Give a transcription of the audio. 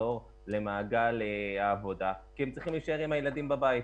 לחזור למעגל העבודה כי הם צריכים להישאר עם הילדים בבית.